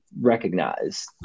recognize